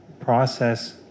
process